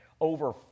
over